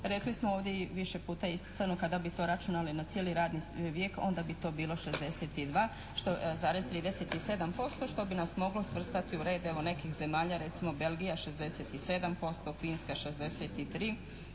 Rekli smo i ovdje je više puta isticano kada bi to računali na cijeli radni vijek onda bi to bilo 62,37% što bi nas moglo svrstati u red evo nekih zemalja recimo Belgija 67%, Finska 63,